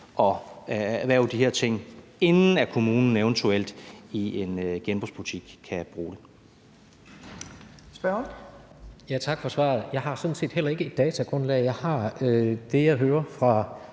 og erhverve de her ting, inden kommunen eventuelt i en genbrugsbutik kan bruge dem.